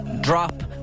drop